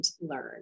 learn